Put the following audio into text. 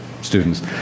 students